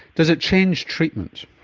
does it change treatments?